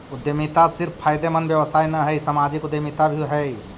उद्यमिता सिर्फ फायदेमंद व्यवसाय न हई, सामाजिक उद्यमिता भी हई